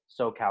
SoCal